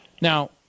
Now